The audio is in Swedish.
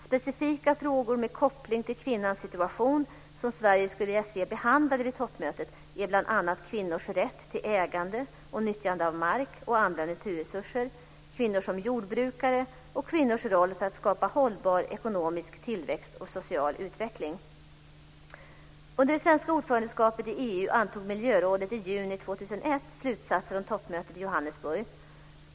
Specifika frågor med koppling till kvinnans situation som Sverige skulle vilja se behandlade vid toppmötet är bl.a. kvinnors rätt till ägande och nyttjande av mark och andra naturresurser, kvinnor som jordbrukare och kvinnors roll för att skapa hållbar ekonomisk tillväxt och social utveckling. Under det svenska ordförandeskapet i EU antog miljörådet i juni 2001 slutsatser om toppmötet i Johannesburg.